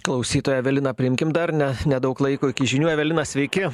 klausytoją eveliną priimkim dar ne nedaug laiko iki žinių evelina sveiki